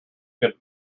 could